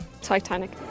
Titanic